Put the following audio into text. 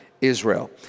Israel